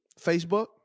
Facebook